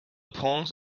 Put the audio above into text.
prince